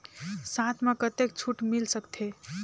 साथ म कतेक छूट मिल सकथे?